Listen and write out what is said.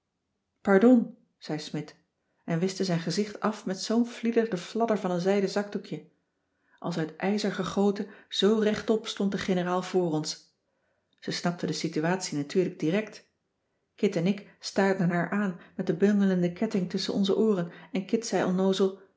pardon zei smidt en wischte zijn gezicht af met zoo'n flieder de fladder van een zijden zakdoekje als uit ijzer gegoten zoo rechtop stond de generaal voor ons ze snapte de situatie natuurlijk direct kit en ik staarden haar aan met den bungelenden ketting tusschen onze ooren en kit zei onnoozel